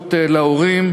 בשירות להורים.